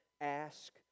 ask